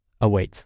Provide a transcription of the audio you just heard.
awaits